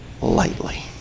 lightly